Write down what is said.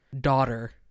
daughter